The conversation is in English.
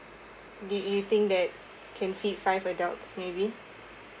do you think that can feed five adults maybe